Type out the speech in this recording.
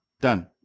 Done